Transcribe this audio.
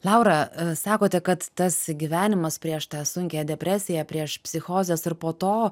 laura sakote kad tas gyvenimas prieš tą sunkią depresiją prieš psichozes ir po to